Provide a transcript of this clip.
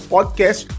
Podcast